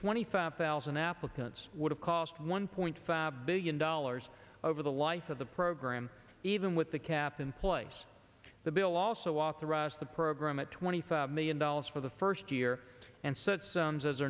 twenty five thousand applicants would have cost one point five billion dollars over the life of the program even with the cap in place the bill also authorized the program at twenty five million dollars for the first year and such sums as